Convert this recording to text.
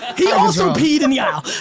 he also peed in the aisle.